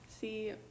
See